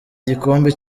gikombe